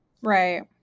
Right